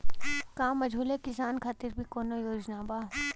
का मझोले किसान खातिर भी कौनो योजना बा?